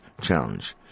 challenge